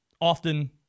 Often